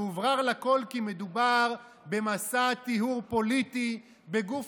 והוברר לכול כי מדובר במסע טיהור פוליטי בגוף